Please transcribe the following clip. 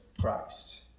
Christ